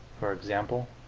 for example,